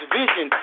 vision